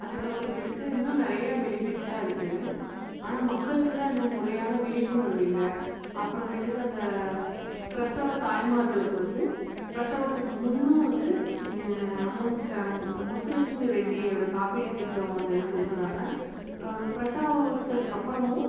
அதற்கப்பறமேட்டுக்கு இன்னும் நிறையா பெனிஃபிட்ஸ்லாம் இருக்கு ஆனால் மக்களுக்குதான் இன்னும் முறையான விழிப்புணர்வு இல்லை அப்புறமேட்டுக்கு அந்த பிரசவத் தாய்மார்களுக்கு வந்து பிரசவத்துக்கு முன்னும் வந்து அமௌண்ட்டு தராங்க முத்துலெட்சுமி ரெட்டியோட காப்பீட்டுத் திட்டம் அந்த இது கொடுக்குறாங்க பிரசவம் வச்சதுக்கு அப்புறமும்